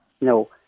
no